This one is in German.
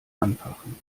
anfachen